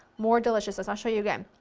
more deliciousness, i'll show you again,